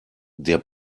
der